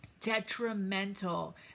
detrimental